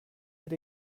had